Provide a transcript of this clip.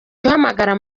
hamagara